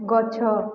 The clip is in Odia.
ଗଛ